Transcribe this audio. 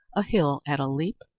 a hill at a leap,